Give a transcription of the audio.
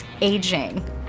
Aging